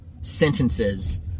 sentences